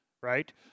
right